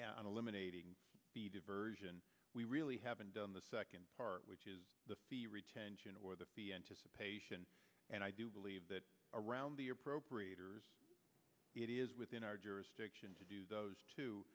the diversion we really haven't done the second part which is the fee retention or the anticipation and i do believe that around the appropriators it is within our jurisdiction to do those two